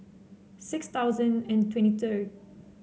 six thousand and twenty third